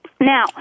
Now